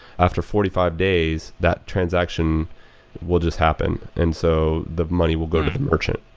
after forty five days that transaction will just happen. and so the money will go to the merchant.